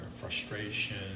frustration